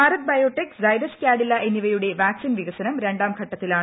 Bharat Biotech Zydus Cadila എന്നിവയുടെ vaccine വികസനം രണ്ടാം ഘട്ടത്തിലാണ്